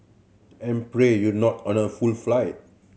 and pray you're not on a full flight